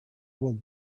will